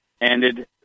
ended